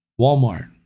Walmart